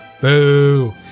boo